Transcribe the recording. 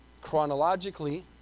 chronologically